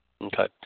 Okay